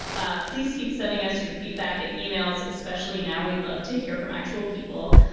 ah please keep sending us your feedback and emails, especially now. we'd love to hear from actual people.